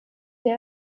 der